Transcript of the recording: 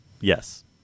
Yes